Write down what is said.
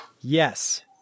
yes